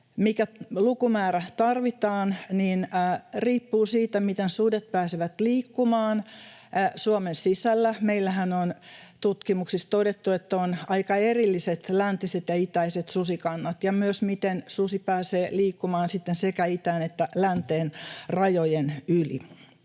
mikä lukumäärä tarvitaan, riippuu siitä, miten sudet pääsevät liikkumaan Suomen sisällä — meillähän on tutkimuksissa todettu, että on aika erilliset läntiset ja itäiset susikannat — ja myös, miten susi pääsee liikkumaan sekä itään että länteen rajojen yli.